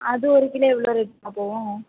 அது ஒரு கிலோ எவ்வளோ ரேட்மா போகும்